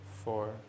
four